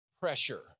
pressure